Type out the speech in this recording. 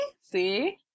See